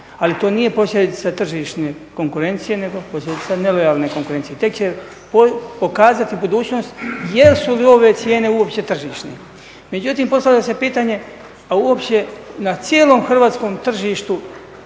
Ali to nije posljedica tržišne konkurencije nego posljedica nelojalne konkurencije. Tek će pokazati budućnost jesu li ove cijene uopće tržišne. Međutim, postavlja se pitanje uopće na cijelom hrvatskom tržištu